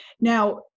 Now